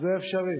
זה אפשרי.